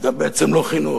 זה גם בעצם לא חינוך,